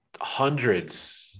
hundreds